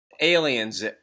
aliens